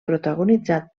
protagonitzat